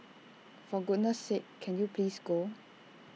for goodness sake can you please go